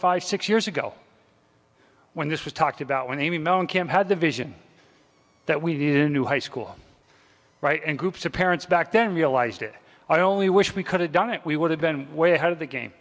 five six years ago when this was talked about when amy mellon kim had the vision that we needed a new high school right and groups of parents back then realised that i only wish we could have done it we would have been way ahead of the game